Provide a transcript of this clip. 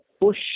Push